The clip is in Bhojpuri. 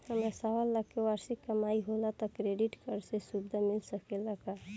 हमार सवालाख के वार्षिक कमाई होला त क्रेडिट कार्ड के सुविधा मिल सकेला का?